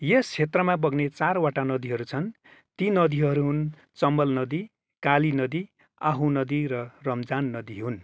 यस क्षेत्रमा बग्ने चारवटा नदीहरू छन् ती नदीहरू हुन् चम्बल नदी काली नदी आहु नदी र रमजान नदी हुन्